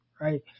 right